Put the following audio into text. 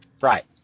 Right